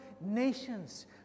nations